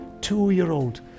Two-year-old